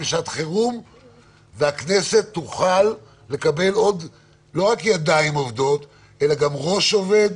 וכך הכנסת תוכל לקבל לא רק עוד ידיים עובדות אלא גם ראש עובד